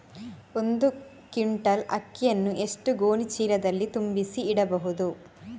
ಒಂದು ಕ್ವಿಂಟಾಲ್ ಅಕ್ಕಿಯನ್ನು ಎಷ್ಟು ಗೋಣಿಚೀಲದಲ್ಲಿ ತುಂಬಿಸಿ ಇಡಬಹುದು?